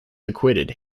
acquitted